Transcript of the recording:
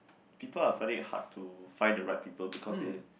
people are find it hard to find the right people because it's